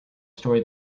story